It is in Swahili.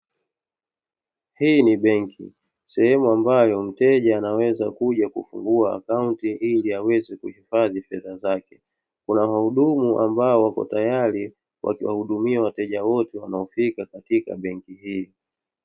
Hii ni benki, sehemu ambayo mteja anaweza kuja kufungua akaunti, ili aweze kuhifadhi fedha Zake. Kuna wahudumu ambao wapo tayari kuhudumia wateja wote wanaofika katika benki hii.